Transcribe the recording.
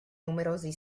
numerosi